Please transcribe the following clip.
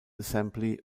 assembly